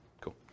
Cool